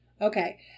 Okay